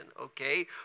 okay